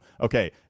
Okay